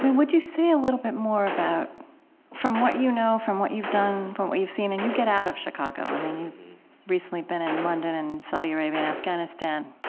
would you say a little bit more about from what you know from what you've done, from what you've seen? and you get out of chicago. i mean, you've recently been in london and saudi arabia and afghanistan.